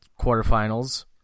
Quarterfinals